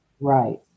Right